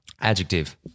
Adjective